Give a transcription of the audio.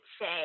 say